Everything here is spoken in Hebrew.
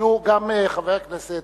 גם חבר הכנסת